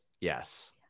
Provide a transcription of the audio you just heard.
yes